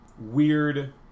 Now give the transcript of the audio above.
weird